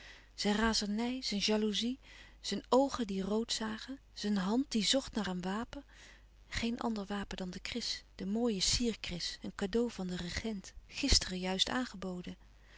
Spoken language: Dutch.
zijn razernij zijn jaloezie zijn oogen die rood zagen zijn hand die zocht naar een wapen geen ander wapen dan de kris de mooie sierkris een cadeau van den regent gisteren juist aangeboden